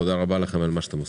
תודה רבה לכם על מה שאתם עושים.